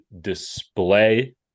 display